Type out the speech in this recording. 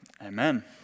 Amen